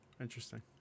Interesting